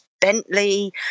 bentley